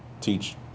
teach